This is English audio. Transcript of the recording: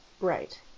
Right